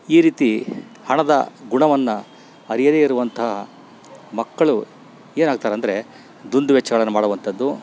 ಈ ರೀತಿ ಹಣದ ಗುಣವನ್ನು ಅರಿಯದೆ ಇರುವಂತಹ ಮಕ್ಕಳು ಏನು ಆಗ್ತಾರಂದರೆ ದುಂದುವೆಚ್ಚಗಳನ್ನು ಮಾಡುವಂಥದ್ದು